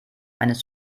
eines